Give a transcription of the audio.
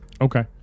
Okay